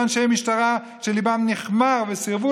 היו אנשי משטרה שליבם נכמר וסירבו